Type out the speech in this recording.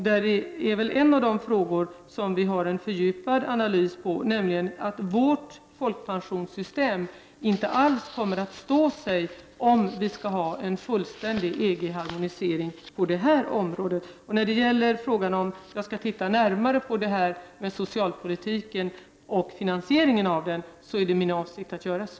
Det är ett av de områden där det har gjorts en fördjupad analys, som visar att vårt folkpensionssystem inte alls kommer att stå sig om det skall ske en fullständig EG-harmonisering. Som svar på frågan om jag skall titta närmare på socialpolitiken och finansieringen av den vill jag säga att det är min avsikt att göra så.